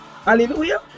Hallelujah